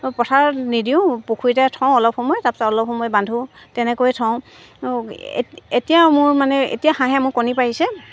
পথাৰত নিদিওঁ পুখুৰীতে থওঁ অলপ সময় তাৰপাছত অলপ সময় বান্ধো তেনেকৈয়ে থওঁ এতিয়া মোৰ মানে এতিয়া হাঁহে মোৰ কণী পাৰিছে